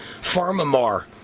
PharmaMar